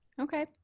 Okay